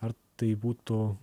ar tai būtų